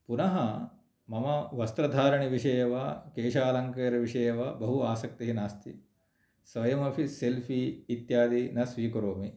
पुनः मम वस्त्रधारणविषये वा केषालङ्कारविषये वा बहु आसक्तिः नास्ति स्वयमपि सेल्फि इत्यादि न स्वीकरोमि